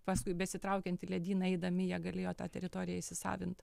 paskui besitraukiantį ledyną eidami jie galėjo tą teritoriją įsisavint